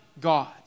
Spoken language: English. God